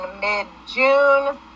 mid-june